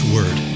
Word